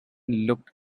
looked